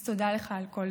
אז תודה לך על כל זה.